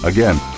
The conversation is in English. Again